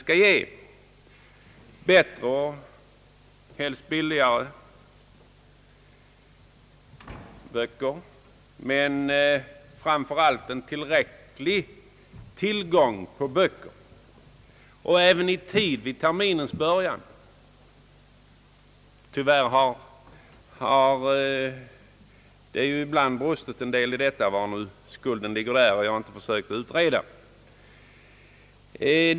Vi behöver bättre och helst billigare böcker men framför allt en tillräcklig tillgång på böcker i tid vid terminens början. Tyvärr har det ibland brustit en del i detta avseende. Var skulden kan ligga har jag inte försökt utreda.